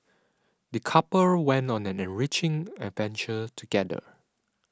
the couple went on an enriching adventure together